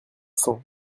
cents